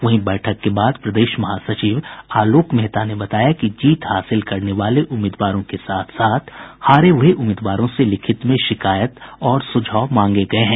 वहीं बैठक के बाद प्रदेश महासचिव आलोक मेहता ने बताया कि जीत हासिल करने वाले उम्मीदवारों को साथ साथ हारे हुये उम्मीदवारों से लिखित में शिकायत और सुझाव मांगे गये हैं